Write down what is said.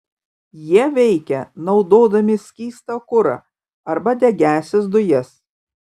jie veikia naudodami skystą kurą arba degiąsias dujas